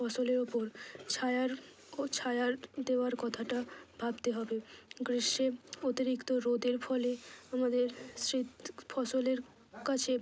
ফসলের ওপর ছায়ার ও ছায়া দেওয়ার কথাটা ভাবতে হবে গ্রীষ্মে অতিরিক্ত রোদের ফলে আমাদের শীত ফসলের কাছে